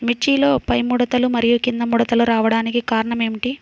మిర్చిలో పైముడతలు మరియు క్రింది ముడతలు రావడానికి కారణం ఏమిటి?